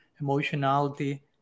emotionality